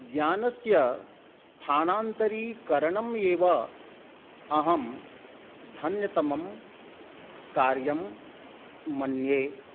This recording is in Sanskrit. ज्ञानस्य स्थानान्तरीकरणमेव अहं धन्यतमं कार्यं मन्ये